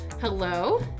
Hello